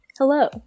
Hello